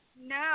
No